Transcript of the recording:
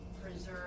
preserve